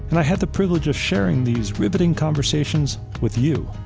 and i had the privilege of sharing these riveting conversations with you.